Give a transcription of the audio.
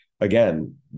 Again